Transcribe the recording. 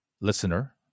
listener